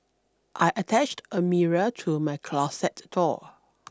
I attached a mirror to my closet door